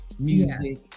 Music